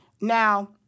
Now